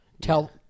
Tell